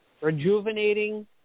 rejuvenating